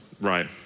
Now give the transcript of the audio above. Right